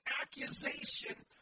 accusation